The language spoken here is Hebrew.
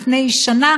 לפני שנה,